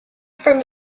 from